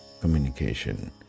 communication